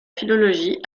philologie